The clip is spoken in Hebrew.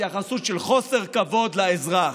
התייחסות של חוסר כבוד לאזרח.